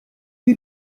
you